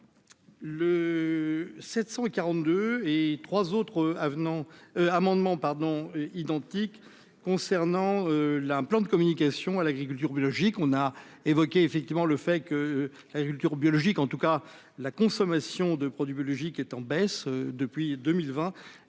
Le 742 et 3 autres avenants amendement pardon identique concernant l'un plan de communication à l'agriculture biologique, on a évoqué effectivement le fait que la culture biologique, en tout cas la consommation de produits biologiques est en baisse depuis 2000